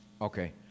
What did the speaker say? Okay